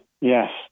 Yes